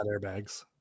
airbags